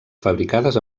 fabricades